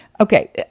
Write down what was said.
Okay